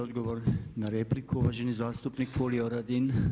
I odgovor na repliku uvaženi zastupnik Furio Radin.